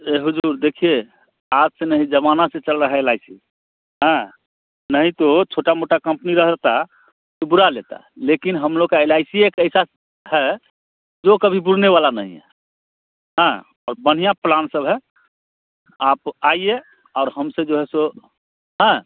ए हुज़ूर देखिए आज से नहीं ज़माने से चल रही है एल अई सी हाँ नहीं तो छोटा मोटा कंपनी रहती तो बुड़ा लेता लेकिन हम लोग का एल अई सी एक ऐसा है जो कभी बुड़ने वाला नहीं है हाँ और बढ़िया प्लान सब हैं आप आइए और हम से जो है सो हाँ